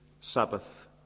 Sabbath